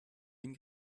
bin